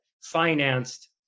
financed